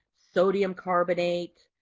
sodium carbonate,